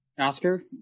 Oscar